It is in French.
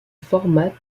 format